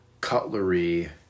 cutlery